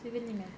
steven lim eh